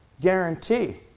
guarantee